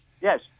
Yes